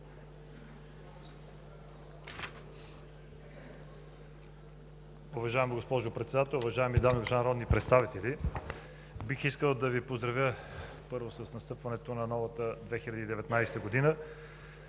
Уважаема госпожо Председател, уважаеми дами и господа народни представители! Първо, бих искал да Ви поздравя с настъпването на новата 2019 г.